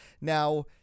Now